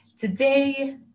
today